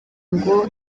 ngo